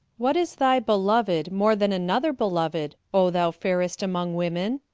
what is thy beloved more than another beloved, o thou fairest among women?